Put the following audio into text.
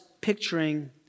picturing